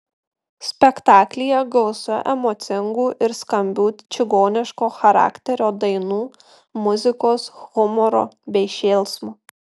spektaklyje gausu emocingų ir skambių čigoniško charakterio dainų muzikos humoro bei šėlsmo